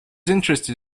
interested